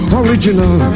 original